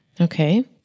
Okay